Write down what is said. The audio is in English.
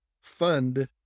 fund